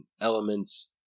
elements